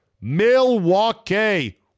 Milwaukee